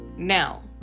Now